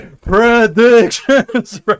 Predictions